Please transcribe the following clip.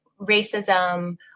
racism